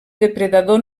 depredador